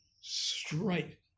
straight